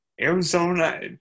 Arizona